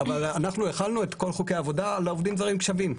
אבל אנחנו החלנו את כל חוקי העבודה לעובדים הזרים כשווים.